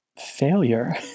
failure